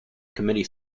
committee